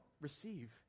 receive